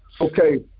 okay